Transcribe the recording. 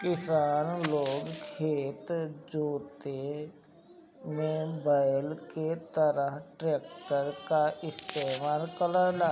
किसान लोग खेत जोते में बैल के जगह ट्रैक्टर ही इस्तेमाल करेला